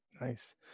Nice